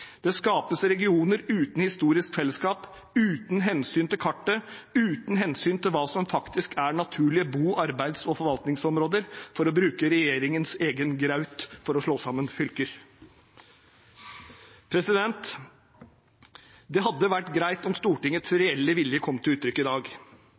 Det skapes regioner uten historisk fellesskap, uten hensyn til kartet, uten hensyn til hva som faktisk er naturlige bo-, arbeids- og forvaltningsområder, for å bruke regjeringens egen graut for å slå sammen fylker. Det hadde vært greit om Stortingets